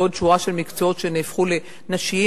ועוד שורה של מקצועות שהפכו לנשיים.